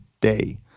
day